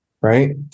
Right